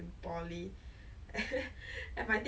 then 真是累死我真的 you know